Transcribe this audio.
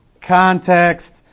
context